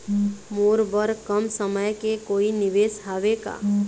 मोर बर कम समय के कोई निवेश हावे का?